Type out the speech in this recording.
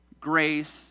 Grace